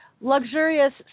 luxurious